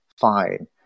Fine